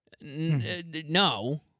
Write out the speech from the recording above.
No